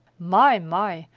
my, my!